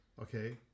Okay